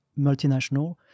multinational